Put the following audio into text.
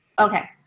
okay